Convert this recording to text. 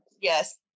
Yes